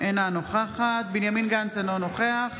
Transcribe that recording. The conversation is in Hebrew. אינה נוכחת בנימין גנץ, אינו נוכח